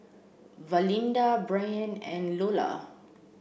Valinda Brianne and Loula